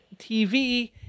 TV